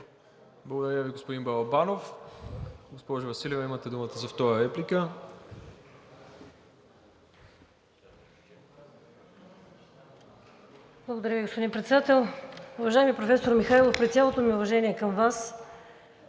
Благодаря, господин Балабанов. Госпожо Василева, имате думата за втора реплика. ВИКТОРИЯ ВАСИЛЕВА (ИТН): Благодаря Ви, господин Председател. Уважаеми професор Михайлов, при цялото ми уважение към Вас